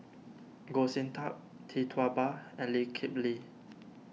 Goh Sin Tub Tee Tua Ba and Lee Kip Lee